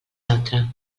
altre